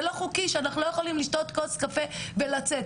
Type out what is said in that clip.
זה לא חוקי שאנחנו לא יכולים לשתות כוס קפה ולצאת.